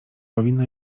powinno